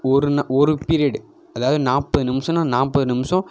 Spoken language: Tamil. ஒரு ஒரு பீரியட் அதாவது நாற்பது நிமிஷன்னா நாற்பது நிமிஷம்